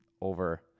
over